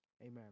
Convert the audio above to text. Amen